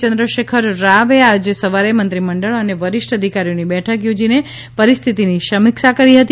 યંદ્રશેખર રાવે આજે સવારે મંત્રીમંડળ અને વરિષ્ઠ અધિકારીઓની બેઠક યોજીને પરિસ્થિતિની સમીક્ષા કરી હતી